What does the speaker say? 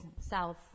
south